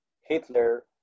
Hitler